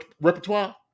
repertoire